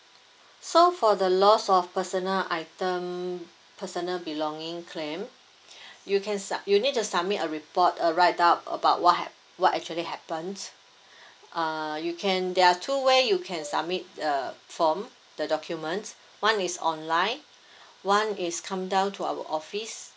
so for the loss of personal item personal belonging claim you can sub~ you need to submit a report a write up about what ha~ what actually happened uh you can there are two way you can submit the form the document one is online one is come down to our office